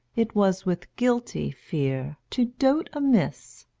it was with guilty fear, to dote amiss,